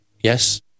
Yes